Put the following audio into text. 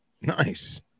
Nice